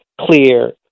clear